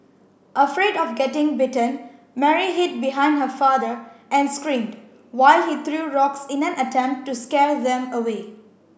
afraid of getting bitten Mary hid behind her father and screamed while he threw rocks in an attempt to scare them away